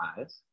eyes